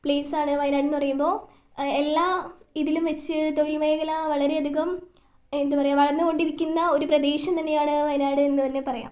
പ്ലെയിസാണ് വയനാട് എന്ന് പറയുമ്പോൾ എല്ലാ ഇതിലും വെച്ച് തൊഴിൽ മേഖല വളരെ അധികം എന്താ പറയുക വളർന്നുകൊണ്ടിരിക്കുന്ന ഒരു പ്രദേശം തന്നെയാണ് വയനാട് എന്നു തന്നെ പറയാം